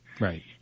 Right